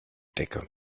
decke